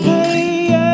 Hey